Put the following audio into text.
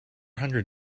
hundred